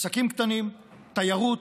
עסקים קטנים, תיירות,